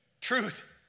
Truth